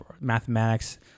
mathematics